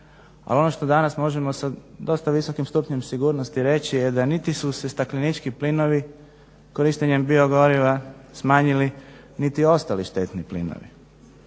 ali ono što danas možemo sa dosta visokim stupnjem sigurnosti reći je da niti su se staklenički plinovi korištenjem biogoriva smanjili niti ostali štetni plinovi,